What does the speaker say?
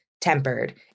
tempered